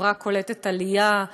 חברה קולטת עלייה,